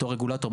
בתור רגולטור,